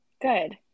good